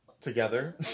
together